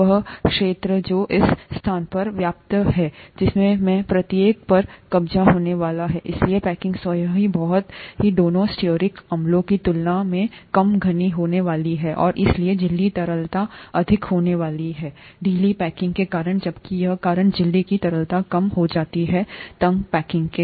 वह क्षेत्र जो इस स्थान पर व्याप्त है जिसमें से प्रत्येक पर कब्जा होने वाला है इसलिए पैकिंग स्वयं हीबहुत दोनों स्टीयरिक अम्लों की तुलना मेंकम घनी होने वाली है और इसलिए झिल्ली तरलता अधिक होने वाली है ढीली पैकिंग के कारण जबकि यहाँकारण झिल्ली की तरलता कम होती जा रही है तंग पैकिंग के